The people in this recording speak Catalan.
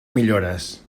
millores